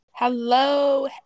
Hello